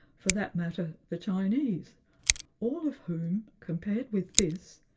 for that matter, the chinese all of whom, compared with this,